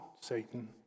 Satan